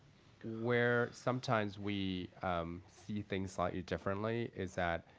where sometimes we see things slightly differently is that,